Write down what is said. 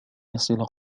يصل